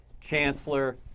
Chancellor